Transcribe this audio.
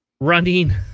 running